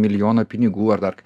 milijoną pinigų ar dar ką